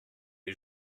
les